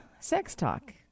sextalk